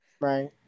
right